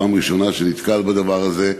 פעם ראשונה שנתקל בדבר הזה,